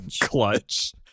clutch